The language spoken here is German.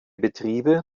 betriebe